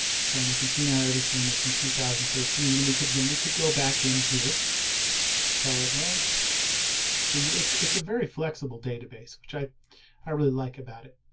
so we can see now everything is from two thousand and thirteen then and we could then we could go back in here tell it well so yeah it's it's a very flexible database tried i really like about it.